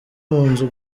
munzu